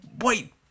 wait